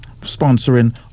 sponsoring